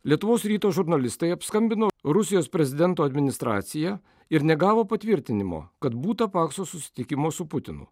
lietuvos ryto žurnalistai apskambino rusijos prezidento administraciją ir negavo patvirtinimo kad būta pakso susitikimo su putinu